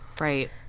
right